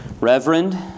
Reverend